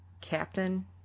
captain